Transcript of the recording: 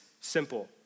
simple